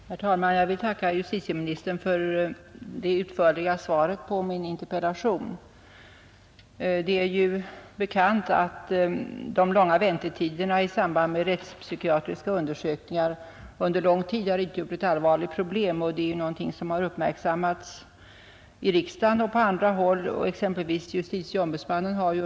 Nr 63 Herr talman! Jag vill tacka justitieministern för det utförliga svaret på Fredagen den min interpellation. 16 april 1971 Det är ju bekant att de långa väntetiderna i samband med rättspsykiatriska undersökningar under lång tid har utgjort ett allvarligt problem, Ang. det rättsoch det har uppmärksammats både i riksdagen och på andra håll. JO har psykiatriska undert.ex.